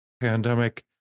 pandemic